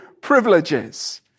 privileges